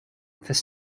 this